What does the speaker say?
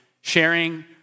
sharing